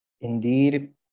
Indeed